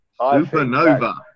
Supernova